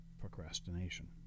procrastination